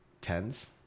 tens